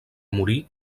morir